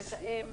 שמתאם ומדבר.